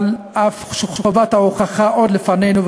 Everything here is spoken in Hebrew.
אף שחובת ההוכחה עוד לפנינו,